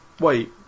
Wait